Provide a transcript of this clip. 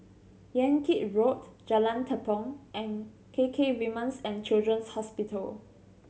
Yan Kit Road Jalan Tepong and K K Women's And Children's Hospital